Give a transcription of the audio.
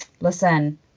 listen